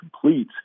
complete